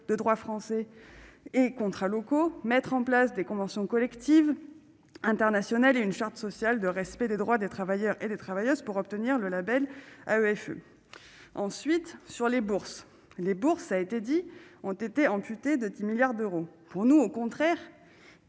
de droit français et contrats locaux, mettre en place des conventions collectives international et une charte sociale, de respect des droits des travailleurs et des travailleuses pour obtenir le Label EFE ensuite sur les bourses, les bourses a été dit, ont été amputées de 10 milliards d'euros pour nous, au contraire,